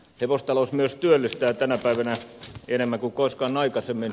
hevostalous myös työllistää tänä päivänä enemmän kuin koskaan aikaisemmin